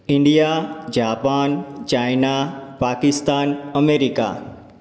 India Japan China Pakistan America